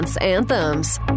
anthems